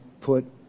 put